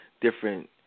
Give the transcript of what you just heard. different